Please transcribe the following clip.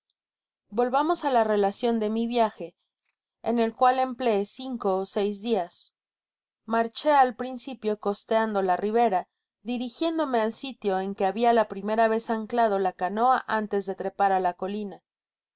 volvamos á la relacion de mi viaje en el cual empleé cinco ó seis dias marché al principio costeando la ribera dirigiendome al sitio en que habia la primera vez anclado la canoa antes de trepar á la colina no